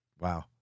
Wow